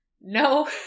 No